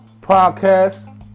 podcast